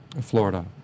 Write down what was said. Florida